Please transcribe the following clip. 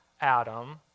Adam